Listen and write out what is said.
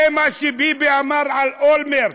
זה מה שביבי אמר על אולמרט.